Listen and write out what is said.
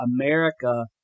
America